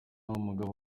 umugabo